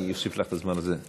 אני אוסיף לך את הזמן הזה.